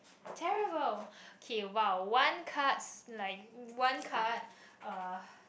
terrible K !wow! one cards like one card uh